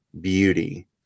beauty